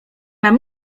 mam